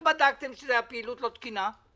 איך בדקתם שהפעילות לא תקינה?